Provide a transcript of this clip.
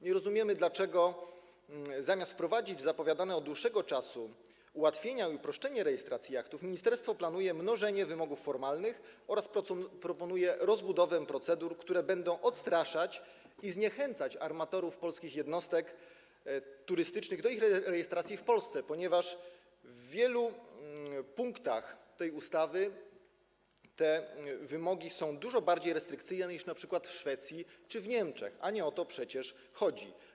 Nie rozumiemy, dlaczego zamiast wprowadzić zapowiadane od dłuższego czasu ułatwienia i uproszczenia rejestracji jachtów, ministerstwo planuje mnożenie wymogów formalnych i proponuje rozbudowę procedur, które będą odstraszać armatorów polskich jednostek turystycznych i zniechęcać ich do rejestracji tych jednostek w Polsce z tego względu, że w wielu punktach tej ustawy te wymogi są dużo bardziej restrykcyjne niż np. w Szwecji czy w Niemczech, a nie o to przecież chodzi.